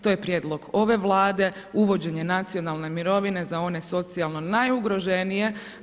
To je prijedlog ove Vlade, uvođenje nacionalne mirovine za one socijalno najugroženije.